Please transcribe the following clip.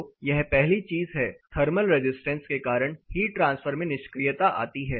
तो यह पहली चीज है थर्मल रेजिस्टेंस के कारण हीट ट्रांसफर में निष्क्रियता आती है